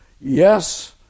Yes